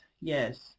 yes